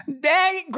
Daddy